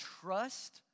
trust